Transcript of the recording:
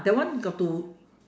that one got to